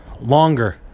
longer